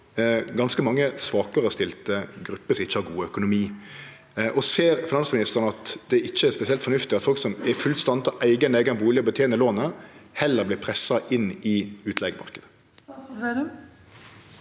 ganske mange svakarestilte grupper som ikkje har god økonomi. Ser finansministeren at det ikkje er spesielt fornuftig at folk som er fullt i stand til å eige eigen bustad og betene lånet, heller vert pressa inn i utleigemarknaden?